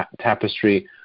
tapestry